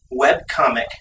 webcomic